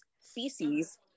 feces